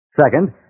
Second